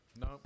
No